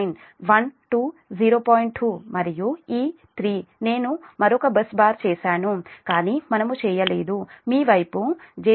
2 మరియు ఈ 3 నేను మరొక బస్ బార్ చేసాను కాని మనము చేయలేదు మీ వైపు j0